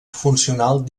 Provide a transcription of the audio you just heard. funcional